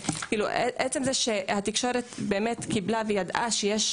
עצם זה שהתקשורת באמת קיבלה וידעה שיש,